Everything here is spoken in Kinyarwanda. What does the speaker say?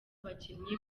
abakinnyi